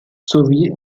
sowie